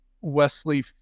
Wesley